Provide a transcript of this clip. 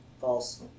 False